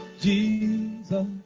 Jesus